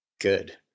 good